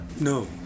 No